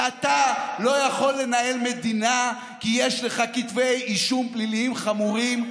ואתה לא יכול לנהל מדינה כי יש לך כתבי אישום פליליים חמורים,